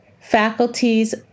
faculties